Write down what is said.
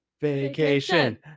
vacation